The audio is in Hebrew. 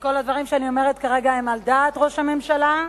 כל הדברים שאני אומרת כרגע הם על דעת ראש הממשלה,